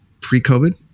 pre-COVID